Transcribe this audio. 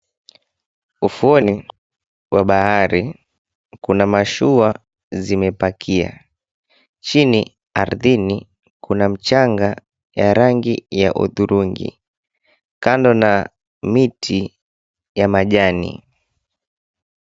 Ufuoni wa bahari kuna mashua zimepakia. Chini ardhini kuna mchanga ya rangi ya hudhurungi kando na miti ya majani.